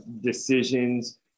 decisions